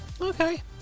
Okay